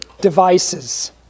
devices